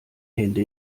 hände